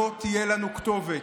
לא תהיה לנו כתובת.